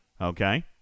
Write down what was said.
Okay